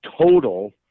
total